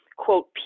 quote